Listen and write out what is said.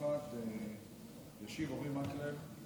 ישיב אורי מקלב,